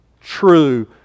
true